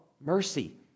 mercy